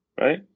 Right